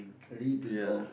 re pl~ oh